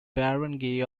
barangay